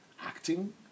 Acting